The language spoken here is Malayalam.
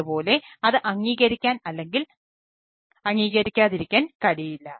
അതുപോലെ അത് അംഗീകരിക്കാൻ അല്ലെങ്കിൽ അംഗീകരിക്കാതിരിക്കാൻ കഴിയില്ല